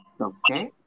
Okay